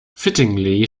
fittingly